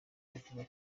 bavuga